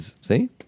See